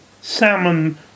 salmon